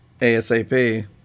ASAP